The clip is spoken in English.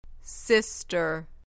sister